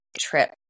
trip